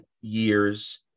years